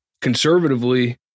Conservatively